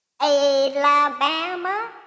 Alabama